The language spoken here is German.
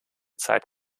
zeit